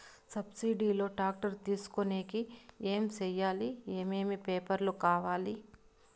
Subsidy లో tractor తీసుకొనేకి ఏమి చేయాలి? ఏమేమి పేపర్లు కావాలి?